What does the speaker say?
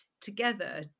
together